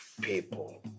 people